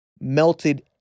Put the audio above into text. melted